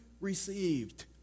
received